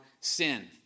sin